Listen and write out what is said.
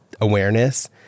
awareness